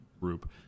group